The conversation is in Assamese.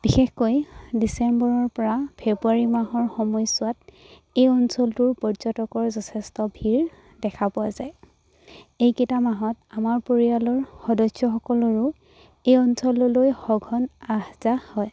বিশেষকৈ ডিচেম্বৰৰপৰা ফেব্ৰুৱাৰী মাহৰ সময়ছোৱাত এই অঞ্চলটোৰ পৰ্যটকৰ যথেষ্ট ভিৰ দেখা পোৱা যায় এইকেইটা মাহত আমাৰ পৰিয়ালৰ সদস্যসকলৰো এই অঞ্চললৈ সঘন আহ যাহ হয়